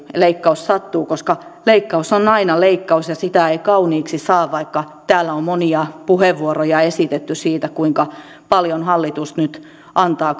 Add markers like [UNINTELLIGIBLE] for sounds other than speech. leikkaus sattuu koska leikkaus on aina leikkaus ja sitä ei kauniiksi saa vaikka täällä on monia puheenvuoroja esitetty siitä kuinka paljon hallitus nyt antaa [UNINTELLIGIBLE]